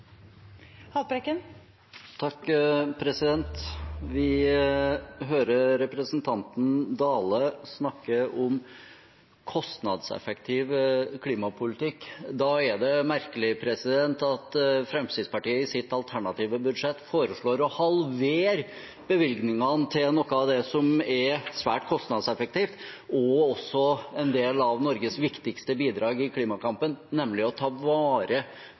det merkelig at Fremskrittspartiet i sitt alternative budsjett foreslår å halvere bevilgningene til noe av det som er svært kostnadseffektivt, og som også er en del av Norges viktigste bidrag i klimakampen, nemlig å ta vare